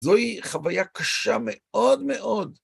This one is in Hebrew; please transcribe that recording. זוהי חוויה קשה מאוד מאוד.